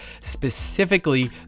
specifically